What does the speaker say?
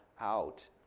out